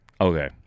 Okay